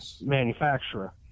manufacturer